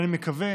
אני מקווה